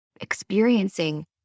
experiencing